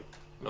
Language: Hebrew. כן, של שינוי.